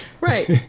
Right